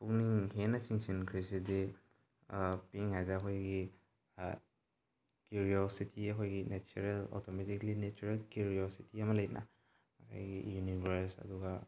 ꯄꯨꯛꯅꯤꯡ ꯍꯦꯟꯅ ꯆꯤꯡꯁꯤꯟꯈ꯭ꯔꯤꯁꯤꯗꯤ ꯄꯤꯛꯏꯉꯩꯗ ꯑꯩꯈꯣꯏꯒꯤ ꯀ꯭ꯌꯨꯔꯤꯑꯣꯁꯤꯇꯤ ꯑꯩꯈꯣꯏꯒꯤ ꯅꯦꯆꯔꯦꯜ ꯑꯣꯇꯣꯃꯦꯇꯤꯛꯂꯤ ꯅꯦꯆꯔꯦꯜ ꯀ꯭ꯌꯨꯔꯤꯑꯣꯁꯤꯇꯤ ꯑꯃ ꯂꯩꯗꯅ ꯉꯁꯥꯏꯒꯤ ꯌꯨꯅꯤꯕ꯭ꯔꯁ ꯑꯗꯨꯒ